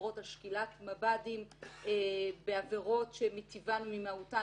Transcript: שמדברות על שקילת מב"דים בעבירות שמטיבן וממהותן,